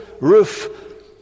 roof